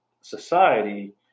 society